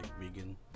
vegan